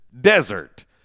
Desert